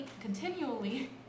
continually